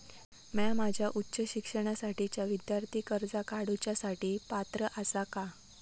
म्या माझ्या उच्च शिक्षणासाठीच्या विद्यार्थी कर्जा काडुच्या साठी पात्र आसा का?